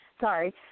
Sorry